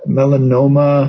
Melanoma